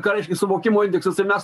ką reiškia suvokimo indeksas ir mes